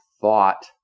thought